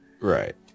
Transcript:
Right